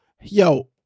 yo